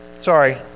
sorry